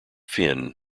finn